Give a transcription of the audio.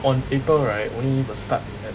on april right only will start at